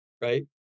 Right